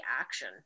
action